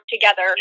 together